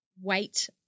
wait